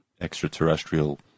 extraterrestrial